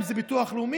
אם זה ביטוח לאומי,